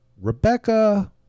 Rebecca